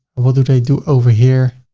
what do they do over here?